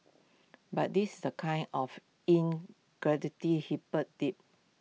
but this is the kind of in hip dig